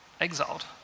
Exiled